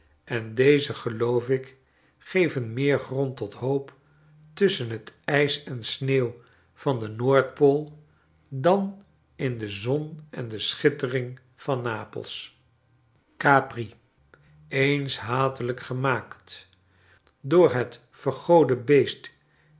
en deze geloof ik geven meer grond tot hoop tusschen het ijs en sneeuw van de noord-pool dan in de zon en do schittering van nap els gopri eens hatelijk gemaakt door het vergode beest